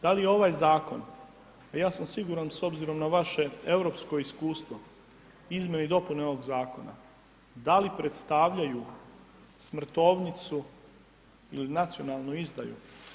Da li je ovaj zakon, a ja sam siguran s obzirom na vaše europsko iskustvo, izmjene i dopune ovog zakona da li predstavljaju smrtovnicu ili nacionalnu izdaju.